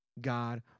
God